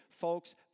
Folks